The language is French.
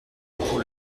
pour